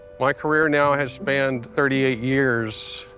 my career now has spaned thirty-eight years.